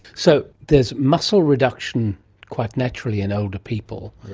so there's muscle reduction quite naturally in older people.